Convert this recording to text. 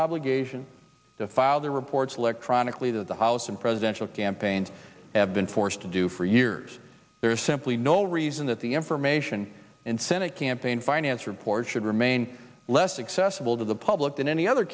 obligation to file their reports electronically to the house and presidential campaigns have been forced to do for years there is simply no reason that the information in senate campaign finance report should remain less accessible to the public than any other